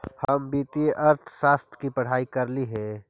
हम वित्तीय अर्थशास्त्र की पढ़ाई करली हे